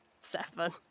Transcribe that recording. Seven